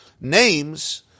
names